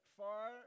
far